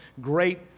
great